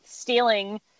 stealing